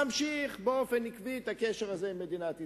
הוא ממשיך באופן עקבי את הקשר הזה עם מדינת ישראל.